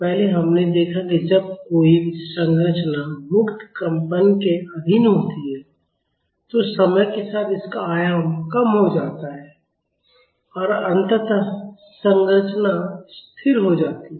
पहले हमने देखा है कि जब कोई संरचना मुक्त कंपन के अधीन होती है तो समय के साथ इसका आयाम कम हो जाता है और अंततः संरचना स्थिर हो जाएगी